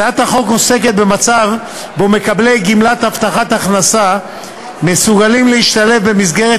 הצעת החוק עוסקת במצב שבו מקבלי גמלת הבטחת הכנסה מסוגלים להשתלב במסגרת